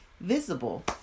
visible